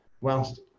whilst